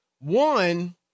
One